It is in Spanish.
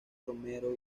romero